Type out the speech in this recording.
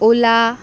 ola